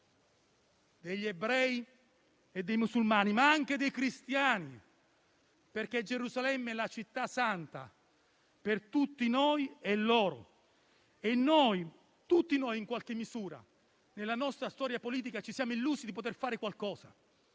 degli ebrei e dei musulmani, ma anche quella dei cristiani, perché Gerusalemme è la città santa per tutti noi e per loro. Tutti noi, in qualche misura, nella nostra storia politica ci siamo illusi di poter fare qualcosa.